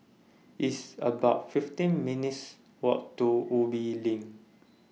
It's about fifteen minutes' Walk to Ubi LINK